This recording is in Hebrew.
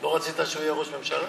לא רצית שהוא יהיה ראש ממשלה?